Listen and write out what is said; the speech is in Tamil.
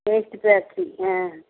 எதித்து பேக்கரி ஆ